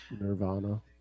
Nirvana